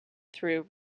through